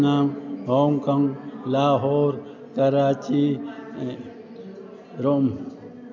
Patna Hong Kong Lahore Karachi ऐं Rome